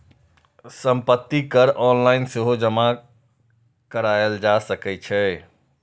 संपत्ति कर ऑनलाइन सेहो जमा कराएल जा सकै छै